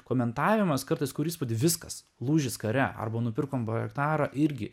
komentavimas kartais kuris viskas lūžis kare arba nupirkom bairaktarą irgi